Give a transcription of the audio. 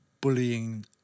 bullying